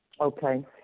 Okay